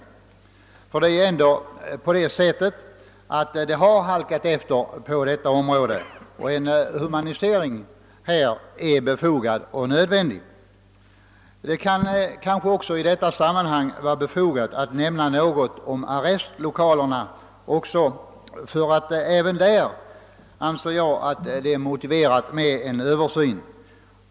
Det förhåller sig nämligen ändå på det sättet, att lagstiftningen har halkat efter på detta område och att en humanisering här är befogad och nödvändig. Det kan kanske i detta sammanhang vara befogat att nämna något också om arrestlokalerna, därför att även i fråga om dem anser jag att det är motiverat med en översyn.